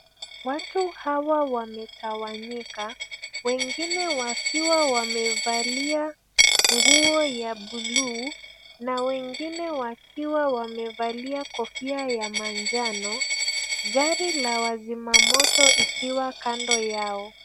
Watu hawa wametawanyika, wengine wakiwa wamevalia nguo ya buluu na wengine wakiwa wamevalia kofia ya manjano, gari la wazima moto ikiwa kando yao.